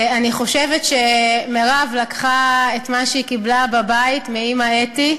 אני חושבת שמירב לקחה את מה שהיא קיבלה בבית מאימא אתי,